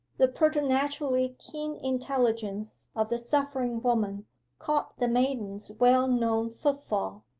the preternaturally keen intelligence of the suffering woman caught the maiden's well-known footfall.